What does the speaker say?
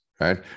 right